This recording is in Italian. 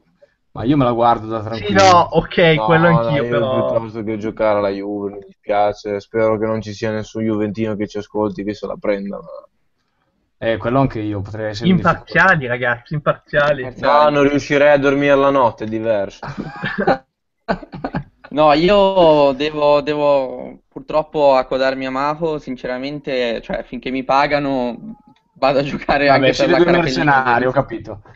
Ma io me la guardo da Sì, tranquillo. no, ok, No, quello no, anch'io, io però- piuttosto che giocare alla Juve, mi dispiace. Spero che non ci sia nessun juventino che ci ascolti, che se la prenda, ma- Eh, quello anche io, potrei essere Imparziali, in difficoltà. ragazzi, imparziali, sai. No, non riuscirei a dormire la notte, è diverso. No, io devo- devo purtroppo accodarmi a Marco, sinceramente, cioè, finché mi pagano, vado a giocare Vabbè, anche per siete la due Carpellini. mercenari, ho capito.